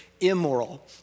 immoral